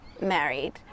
married